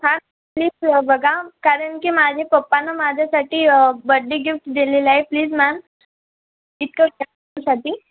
हा नीट बघा कारण की माझे पप्पानं माझ्यासाठी बर्थडे गिफ्ट दिलेलं आहे प्लीज मॅम इतकं करा माझ्यासाठी